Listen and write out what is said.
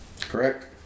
correct